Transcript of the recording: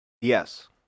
Yes